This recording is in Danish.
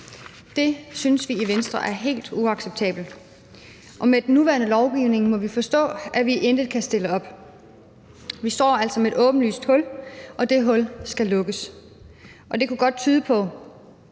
Det synes vi i Venstre er helt uacceptabelt, og med den nuværende lovgivning må vi forstå at vi intet kan stille op. Vi står altså med et åbenlyst hul, og det hul skal lukkes. Det kunne godt ud fra